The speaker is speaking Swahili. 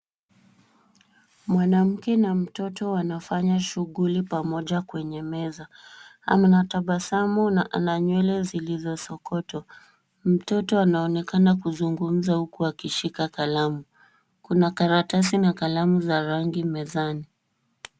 Mwanamke na mtoto wanafanya shughuli pamoja kwenye meza. Anatabasamu na ana nywele zilizosokotwa. Mtoto anaonekana kuzungumza huku akishika kalamu. Kuna karatasi na kalamu za rangi mezani.